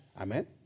Amen